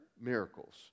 miracles